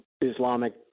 Islamic